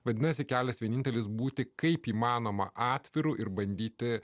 vadinasi kelias vienintelis būti kaip įmanoma atviru ir bandyti